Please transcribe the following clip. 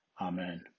Amen